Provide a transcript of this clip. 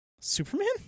Superman